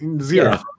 Zero